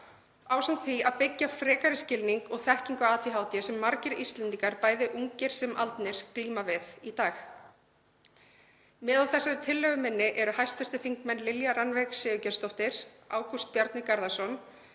ásamt því að byggja frekari skilning og þekkingu á ADHD sem margir Íslendingar, bæði ungir sem aldnir, glíma við í dag. Með á þessari tillögu minni eru hv. þingmenn Lilja Rannveig Sigurgeirsdóttir, Ágúst Bjarni Garðarsson,